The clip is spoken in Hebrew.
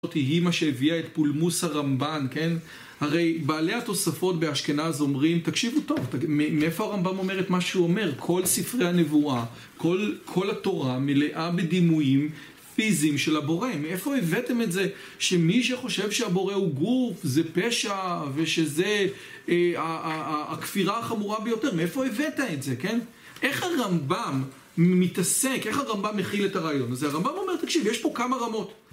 היא מה שהביאה את פולמוס הרמב״ן, כן? הרי בעלי התוספות באשכנז אומרים, תקשיבו טוב, מאיפה הרמב״ם אומר את מה שהוא אומר? כל ספרי הנבואה, כל התורה מלאה בדימויים פיזיים של הבורא, מאיפה הבאתם את זה? שמי שחושב שהבורא הוא גוף, זה פשע ושזה הכפירה החמורה ביותר, מאיפה הבאת את זה, כן? איך הרמב״ם מתעסק, איך הרמב״ם מכיל את הרעיון הזה? הרמב״ם אומר, תקשיב, יש פה כמה רמות.